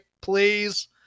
please